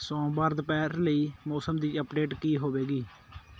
ਸੋਮਵਾਰ ਦੁਪਹਿਰ ਲਈ ਮੌਸਮ ਦੀ ਅਪਡੇਟ ਕੀ ਹੋਵੇਗੀ